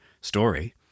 story